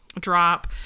Drop